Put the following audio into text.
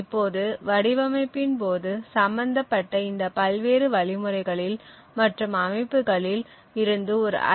இப்போது வடிவமைப்பின் போது சம்பந்தப்பட்ட இந்த பல்வேறு வழிமுறைகளில் மற்றும் அமைப்புகளில் இருந்து ஒரு ஐ